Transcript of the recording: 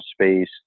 space